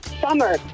Summer